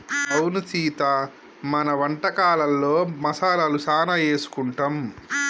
అవును సీత మన వంటకాలలో మసాలాలు సానా ఏసుకుంటాం